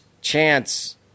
chance